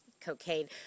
cocaine